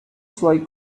suoi